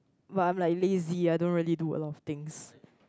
but I'm like lazy I don't really do a lot of things